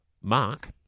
Mark